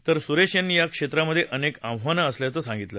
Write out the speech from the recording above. तर सुरेश यांनी या क्षेत्रामध्ये अनेक आव्हानं असल्याचं सांगितलं